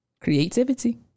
Creativity